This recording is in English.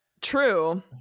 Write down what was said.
True